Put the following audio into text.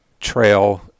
trail